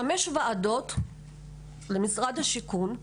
היו חמש ועדות במשרד השיכון.